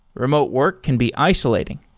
remote work can be isolating.